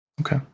Okay